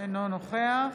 נוכח